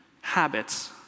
habits